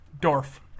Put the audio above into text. Dorf